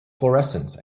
fluorescence